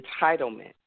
entitlement